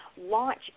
launch